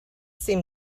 seem